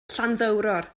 llanddowror